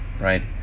right